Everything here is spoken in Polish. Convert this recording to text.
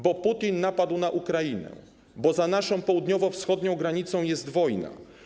Bo Putin napadł na Ukrainę, bo za naszą południowo-wschodnią granicą jest wojna.